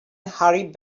hurried